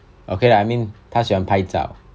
okay lah I mean 他喜欢拍照